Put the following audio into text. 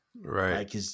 Right